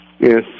Yes